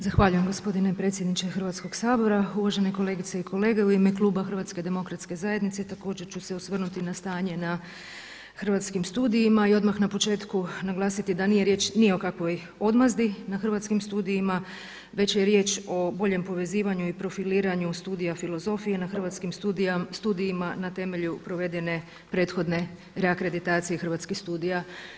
Zahvaljujem gospodine predsjedniče Hrvatskog sabora, uvažene kolegice i kolege u ime Hrvatske demokratske zajednice također ću se osvrnuti na stanje na Hrvatskim studijima i odmah na početku naglasiti da nije riječ ni o kakvoj odmazdi na Hrvatskim studijima već je riječ o boljem povezivanju i profiliranju studija filozofije na Hrvatskim studijima na temelju provedene reakreditacije Hrvatskih studija.